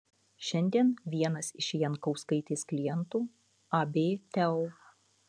šiandien vienas iš jankauskaitės klientų ab teo